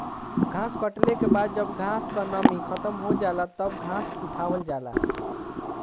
घास कटले के बाद जब घास क नमी खतम हो जाला तब घास उठावल जाला